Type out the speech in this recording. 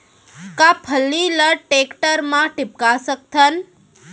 का फल्ली ल टेकटर म टिपका सकथन?